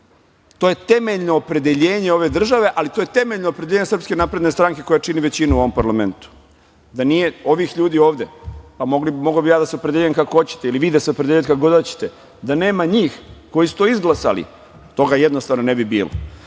To je temeljno opredeljenje ove države, ali to je temeljno opredeljenje SNS koja čini većinu u ovom parlamentu. Da nije ovih ljudi ovde, pa mogao bi ja da se opredelim kako hoćete ili vi da se opredelite kada god hoćete, da nema njih koji su to izglasali, toga jednostavno ne bi bilo. Ne